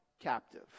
captive